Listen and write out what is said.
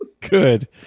Good